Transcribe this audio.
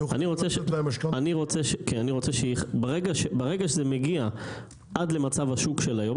אני רוצה שברגע שזה מגיע עד למצב השוק של היום,